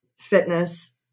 fitness